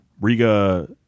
Riga